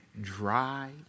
dry